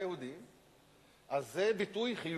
כשהוא מיוחס ליהודים אז זה ביטוי חיובי,